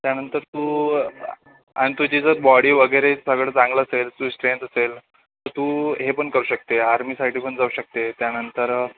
त्यानंतर तू आणि तुझी जर बॉडी वगैरे सगळं चांगलं असेल तुझी स्ट्रेंथ असेल तू हे पण करू शकते आर्मीसाठी पण जाऊ शकते त्यानंतर